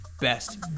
best